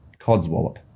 Codswallop